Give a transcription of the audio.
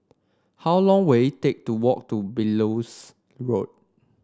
how long will it take to walk to Belilios Road